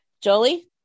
Jolie